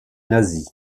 nazie